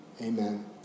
amen